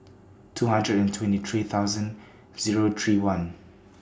two hundred and twenty three thousand Zero three one